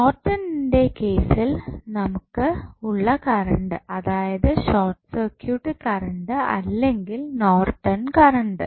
നോർട്ടണ്ണിന്റെ കേസിൽ നമുക്ക് ഉള്ള കറണ്ട് അതായത് ഷോർട്ട് സർക്യൂട്ട് കറണ്ട് അല്ലെങ്കിൽ നോർട്ടൺ കറണ്ട്